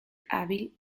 hábil